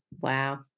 Wow